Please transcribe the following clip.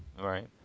Right